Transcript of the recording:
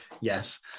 Yes